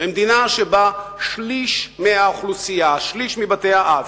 "במדינה שבה שליש מהאוכלוסייה" שליש מבתי-האב,